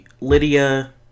Lydia